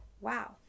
Wow